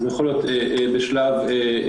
זה יכול להיות בשלב המשפט.